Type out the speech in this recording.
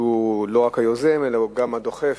שהוא לא רק היוזם אלא הוא גם הדוחף